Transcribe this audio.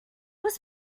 was